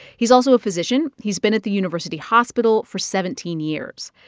he's also a physician. he's been at the university hospital for seventeen years.